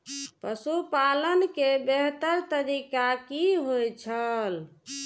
पशुपालन के बेहतर तरीका की होय छल?